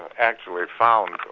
and actually found,